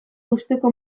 uzteko